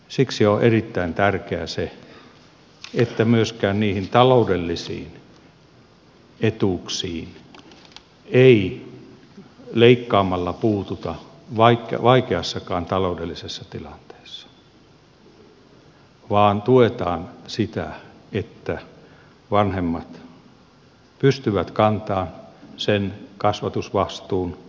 siksi on erittäin tärkeää se että myöskään niihin taloudellisiin etuuksiin ei leikkaamalla puututa vaikeassakaan taloudellisessa tilanteessa vaan tuetaan sitä että vanhemmat pystyvät kantamaan sen kasvatusvastuun joka heille on annettu ja tullut